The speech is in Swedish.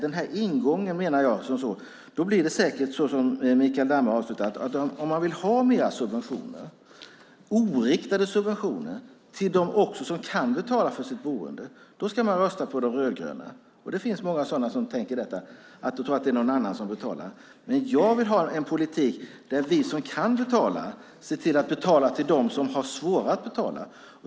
Men med tanke på den ingång som Mikael Damberg har kan jag slå fast att om man vill ha mer oriktade subventioner också till dem som kan betala för sitt boende ska man rösta på De rödgröna. Det finns många som tror att det är någon annan som betalar. Men jag vill ha en politik där vi som kan betala ser till att betala till dem som har svårare att betala.